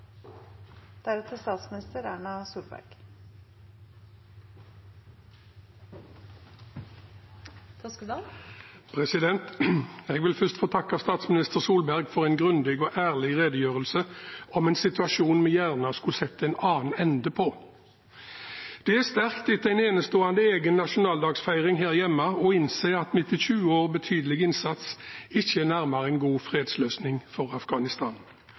Jeg vil først få takke statsminister Solberg for en grundig og ærlig redegjørelse om en situasjon vi gjerne skulle sett en annen ende på. Det er sterkt, etter en enestående egen nasjonaldagsfeiring her hjemme, å innse at vi etter 20 års betydelig innsats ikke er nærmere en god fredsløsning for Afghanistan.